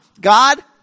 God